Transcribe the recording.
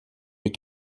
les